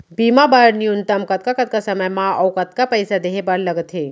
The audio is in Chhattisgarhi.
बीमा बर न्यूनतम कतका कतका समय मा अऊ कतका पइसा देहे बर लगथे